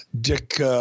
Dick –